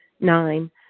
Nine